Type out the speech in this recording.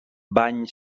bany